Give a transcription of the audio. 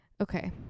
Okay